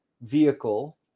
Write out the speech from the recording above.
vehicle